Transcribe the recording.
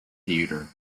theater